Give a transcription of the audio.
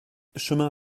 chemin